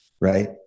right